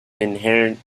inherently